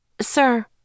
Sir